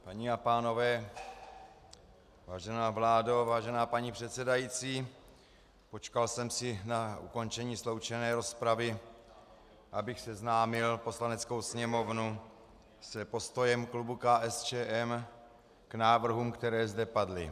Paní a pánové, vážená vládo, vážená paní předsedající, počkal jsem si na ukončení sloučené rozpravy, abych seznámil Poslaneckou sněmovnu s postojem klubu KSČM k návrhům, které zde padly.